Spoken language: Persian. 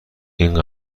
این